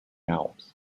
alps